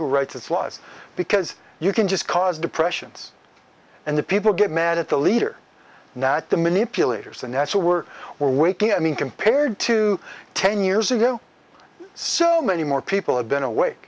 who writes it's lies because you can just cause depressions and the people get mad at the leader not the manipulators and that's why we're waking i mean compared to ten years ago so many more people have been away